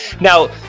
Now